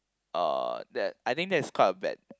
uh that I think that's quite a bad